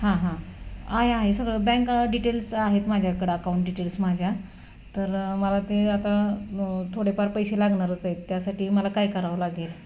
हां हां आहे आहे सगळं बँक डिटेल्स आहेत माझ्याकडं अकाऊंट डिटेल्स माझ्या तर मला ते आता थोडेफार पैसे लागणारच आहेत त्यासाठी मला काय करावं लागेल